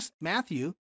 Matthew